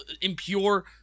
impure